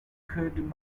could